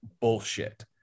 bullshit